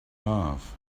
love